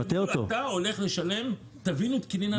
אתה הולך לשלם טבין ותקילין על השיחה.